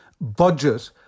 budget